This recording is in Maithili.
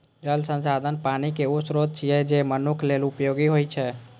जल संसाधन पानिक ऊ स्रोत छियै, जे मनुक्ख लेल उपयोगी होइ